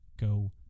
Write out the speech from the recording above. go